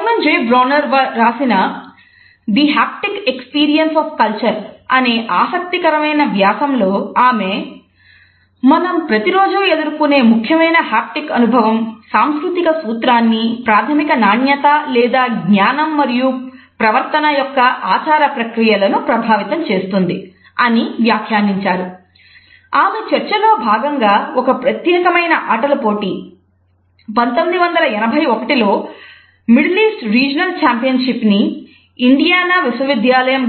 Simon J Bronner